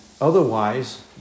otherwise